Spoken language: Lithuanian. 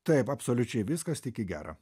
taip absoliučiai viskas tik į gera